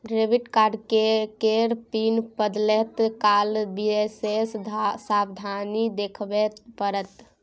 debit card केर PIN बदलैत काल विशेष सावाधनी देखाबे पड़त